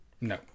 No